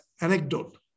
anecdote